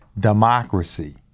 democracy